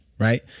right